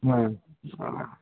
మ్మ్